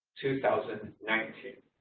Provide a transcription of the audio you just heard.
two thousand and nineteen.